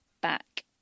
back